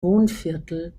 wohnviertel